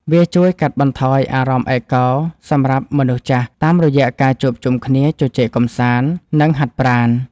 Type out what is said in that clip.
វាជួយកាត់បន្ថយអារម្មណ៍ឯកោសម្រាប់មនុស្សចាស់ តាមរយៈការជួបជុំគ្នាជជែកកម្សាន្ត និងហាត់ប្រាណ។